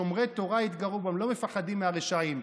שומרי תורה יתגרו בם, לא מפחדים מהרשעים.